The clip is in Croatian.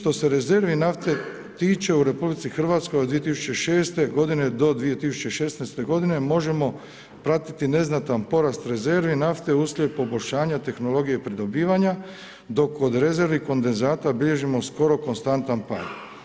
Što se rezervi nafte tiče, u RH od 2006. godine do 2016. godine možemo pratiti neznatan porast rezervi nafte uslijed poboljšanja tehnologije pridobivanja, dok kod rezervi kondenzata bilježimo skoro konstantan pad.